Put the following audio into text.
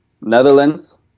Netherlands